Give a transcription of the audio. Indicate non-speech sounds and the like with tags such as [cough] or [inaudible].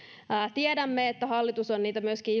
tiedämme että hallitus on myöskin [unintelligible]